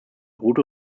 beruht